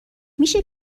میشه